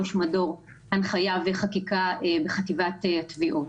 ראש מדור הנחיה וחקיקה בחטיבת התביעות.